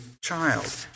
child